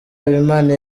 habimana